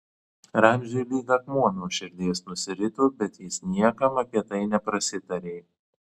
ramziui lyg akmuo nuo širdies nusirito bet jis niekam apie tai neprasitarė